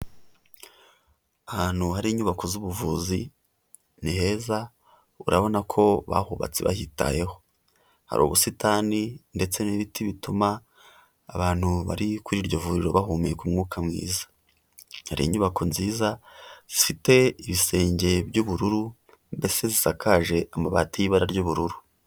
Ahantu hari inyubako z'ubuvuzi ni heza urabona ko bahubatse bahitayeho, hari ubusitani ndetse n'ibiti bituma abantu bari kuri iryo vuriro bahumeka umwuka mwiza, hari inyubako nziza zifite ibisenge by'ubururu ndetse zisakaje amabati y'ibara ry'ubururu.